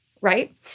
right